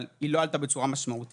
אבל היא לא עלתה בצורה משמעותית.